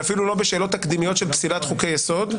ואפילו לא בשאלות תקדימיות של פסילת חוקי יסוד.